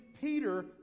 Peter